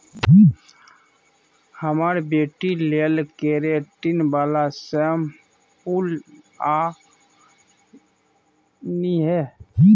हमर बेटी लेल केरेटिन बला शैंम्पुल आनिहे